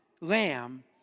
lamb